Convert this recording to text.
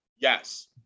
yes